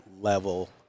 level